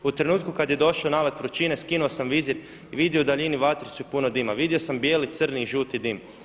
U trenutku kada je došao nalet vrućine skinuo sam vizir i vidio u daljini vatru i puno dima, vidio sam bijeli, crni i žuti dim.